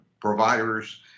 providers